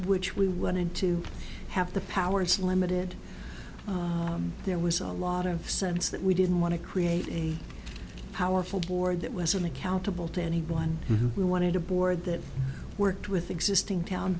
which we wanted to have the power is limited there was a lot of sense that we didn't want to create a powerful board that was an accountable to anyone we wanted a board that worked with existing town